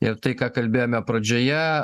ir tai ką kalbėjome pradžioje